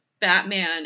Batman